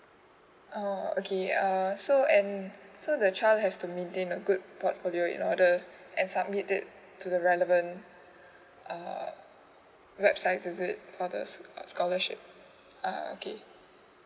uh okay err so and so the child has to maintain a good portfolio in order and submit it to the relevant uh website is it for the sc~ uh scholarship ah okay